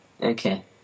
Okay